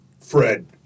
Fred